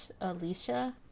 Alicia